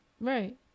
Right